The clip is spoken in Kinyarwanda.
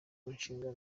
mishinga